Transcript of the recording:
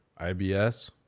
IBS